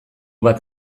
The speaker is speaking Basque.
bat